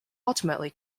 ultimately